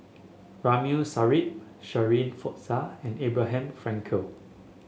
Ramli Sarip Shirin Fozdar and Abraham Frankel